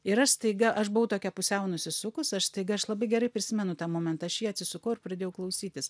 ir aš staiga aš buvau tokia pusiau nusisukus aš staiga aš labai gerai prisimenu tą momentą aš į jį atsisukau ir pradėjau klausytis